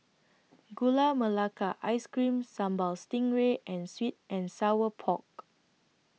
Gula Melaka Ice Cream Sambal Stingray and Sweet and Sour Pork